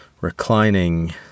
reclining